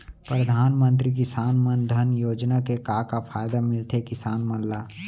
परधानमंतरी किसान मन धन योजना के का का फायदा मिलथे किसान मन ला?